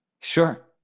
Sure